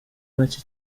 make